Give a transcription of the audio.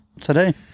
today